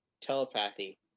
telepathy